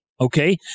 okay